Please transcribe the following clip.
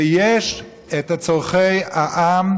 ויש את צורכי העם,